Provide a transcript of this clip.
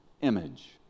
Image